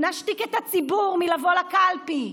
נשתיק את הציבור מלבוא לקלפי,